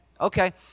Okay